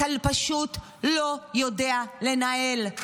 אתה פשוט לא יודע לנהל.